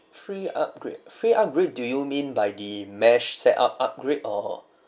free upgrade free upgrade do you mean by the mesh set up upgrade or